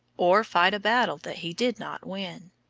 or fight a battle that he did not win.